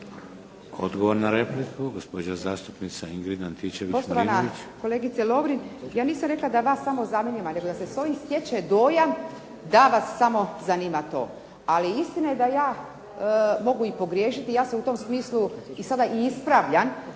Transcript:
Odgovor na repliku, gospođa zastupnica Ingrid Antičević-Marinović.